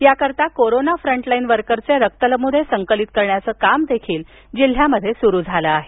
याकरिता corona frontline वर्करचे रक्तनमूने संकलीत करण्याचं कामदेखील जिल्ह्यात सुरू झाल आहे